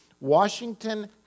Washington